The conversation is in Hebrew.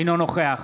אינו נוכח